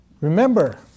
remember